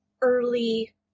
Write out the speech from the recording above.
early